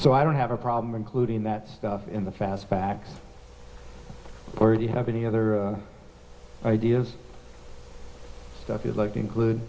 so i don't have a problem including that stuff in the fast facts where you have any other ideas stuff you'd like to include